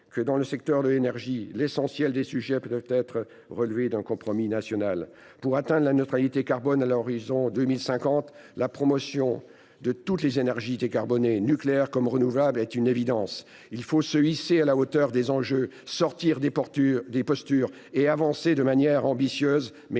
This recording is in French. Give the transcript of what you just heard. que, dans le domaine de l’énergie, l’essentiel des sujets peuvent et doivent relever d’un compromis national. Pour atteindre la neutralité carbone à l’horizon de 2050, la promotion de toutes les énergies décarbonées, nucléaire comme renouvelables, est une évidence. Il faut se hisser à la hauteur des enjeux, sortir des postures et avancer de manière ambitieuse,